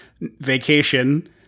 Vacation